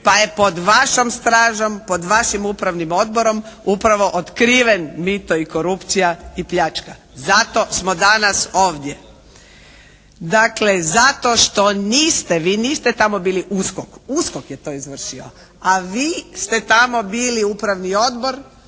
pa je pod vašom stražom, pod vašim upravnim odborom upravo otkriven mito i korupcija i pljačka. Zato smo danas ovdje. Dakle, zato što niste, vi niste tamo bili USKOK. USKOK je to izvršio, a vi ste tamo bili upravni odbor